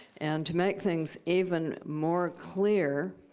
and to make things even more clear,